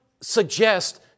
suggest